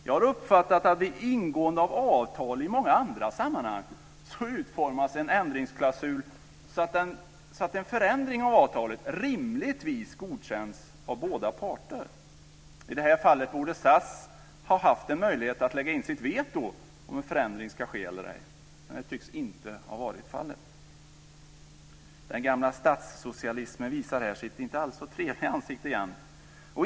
Jag har uppfattat att vid ingående av avtal i många andra sammanhang utformas en ändringsklausul, så att en förändring av avtalet rimligtvis godkänns av båda parter. I det här fallet borde SAS ha haft en möjlighet att lägga in sitt veto eller diskutera om en förändring skulle ske eller ej. Men det tycks inte ha varit fallet. Den gamla statssocialismen visar här sitt inte alls så trevliga ansikte igen.